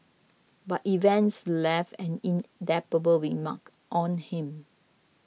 but events left an indelible remark on him